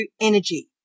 energy